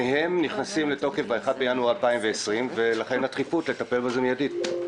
שניהם נכנסים לתוקף ב-1 בינואר 2020 ולכן הדחיפות לטפל בזה מיידית.